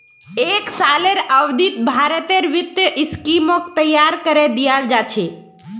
एक सालेर अवधित भारतेर वित्तीय स्कीमक तैयार करे दियाल जा छे